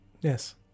Yes